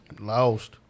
lost